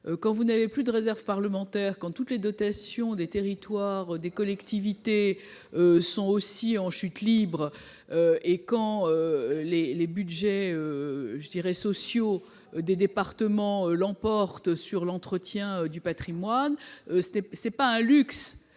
Quand il n'y a plus de réserve parlementaire, ... Ah oui !... quand toutes les dotations des territoires et des collectivités sont en chute libre et quand les budgets sociaux des départements l'emportent sur l'entretien du patrimoine, un tel jeu n'est ni un luxe